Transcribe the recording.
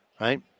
right